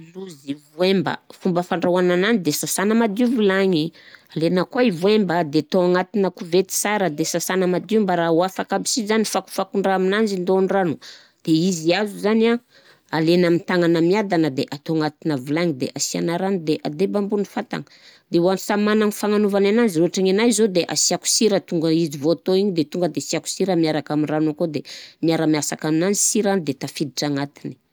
Lozy voemba: fomba fandrahoana anany de sasana madio vilagny, alaina koà voemba de atao anaty kovety sara de sasana madio mba ra hoafaka aby si zany ny fakofakondraha aminanzy ndaon-drano de izy avy zany a alaina amin'ny tàgnana miadana de atao agnatina vilagny de asiana rano de ateba ambony fatagna de hoan'ny samy managna ny fagnanaovany ananzy ôtrin'ny anahy zô de asiako sira tonga izy vô atao igny de tonga de asiako sira miaraka amin'ny rano akao de miaraka masaka aminany sira de tafiditra agnatiny.